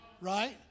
right